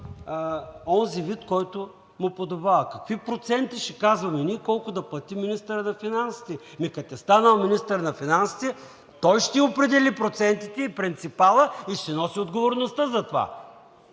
онзи вид, който му подобава. Какви проценти ще казваме ние, колко да плати министърът на финансите? Ами като е станал министър на финансите, той ще определи процентите, и принципалът и ще си носи отговорността за това.